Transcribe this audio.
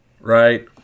right